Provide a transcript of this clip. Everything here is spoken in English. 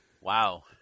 wow